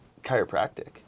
chiropractic